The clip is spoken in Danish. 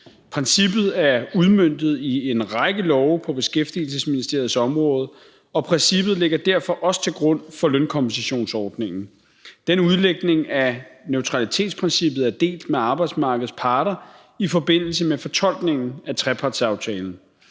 Princippet er udmøntet i en række love på Beskæftigelsesministeriets område, og princippet ligger derfor også til grund for lønkompensationsordningen. Den udlægning af neutralitetsprincippet er delt med arbejdsmarkedets parter i forbindelse med fortolkningen af trepartsaftalen.